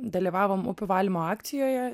dalyvavom upių valymo akcijoje